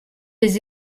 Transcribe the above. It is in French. des